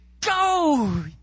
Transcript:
go